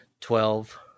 twelve